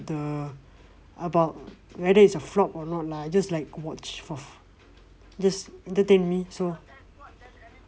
the about whether is a flop or not lah I just like watch for just entertain me so